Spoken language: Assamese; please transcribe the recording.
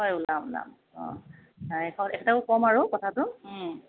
হয় ওলাম ওলাম অঁ অঁ এখেতকো ক'ম আৰু কথাটো